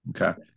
Okay